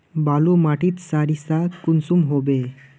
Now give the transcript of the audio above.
बालू माटित सारीसा कुंसम होबे?